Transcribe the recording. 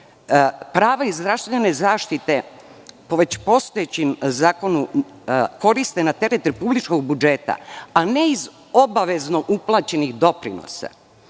prava iz zdravstvene zaštite, po već postojećim zakonu, koriste na teret republičkog budžeta, a ne iz obavezno uplaćenih doprinosa,